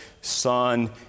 son